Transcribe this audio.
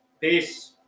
Peace